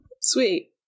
Sweet